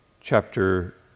chapter